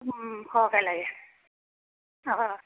সৰহকৈ লাগে হয়